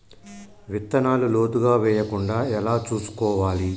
విత్తనాలు లోతుగా వెయ్యకుండా ఎలా చూసుకోవాలి?